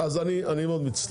אני מאוד מצטער.